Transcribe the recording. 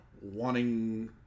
wanting